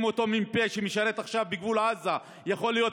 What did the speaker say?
אם אותו מ"פ שמשרת עכשיו בגבול עזה יכול להיות